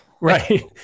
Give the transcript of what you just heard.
Right